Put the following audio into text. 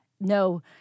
no